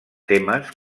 temes